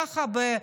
ככה,